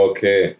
Okay